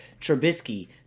Trubisky